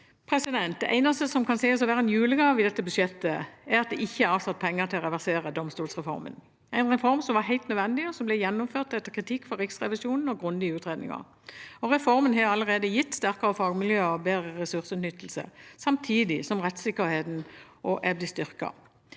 styring. Det eneste som kan sies å være en julegave i dette budsjettet, er at det ikke er avsatt penger til å reversere domstolsreformen – en reform som var helt nødvendig, og som ble gjennomført etter kritikk fra Riksrevisjonen og grundige utredninger. Reformen har allerede gitt sterkere fagmiljøer og bedre ressursutnyttelse, samtidig som rettssikkerheten er blitt styrket.